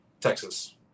Texas